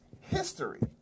history